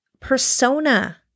persona